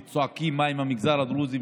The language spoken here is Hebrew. וצועקים: מה עם המגזר הדרוזי,